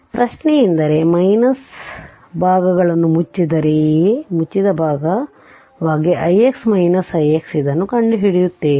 ಆದ್ದರಿಂದ ಪ್ರಶ್ನೆಯೆಂದರೆ ಭಾಗಗಳನ್ನು ಮುಚ್ಚಿದ್ದರೆ ಈ ಮುಚ್ಚಿದ ಭಾಗವಾಗಿ ix ix ix ಇದನ್ನು ಕಂಡುಹಿಡಿಯುತ್ತೇವೆ